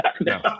no